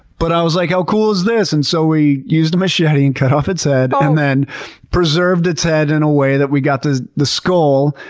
but i was like, how cool is this? and so we used a machete and cut off its head and then preserved its head in a way that we got the skull,